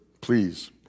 please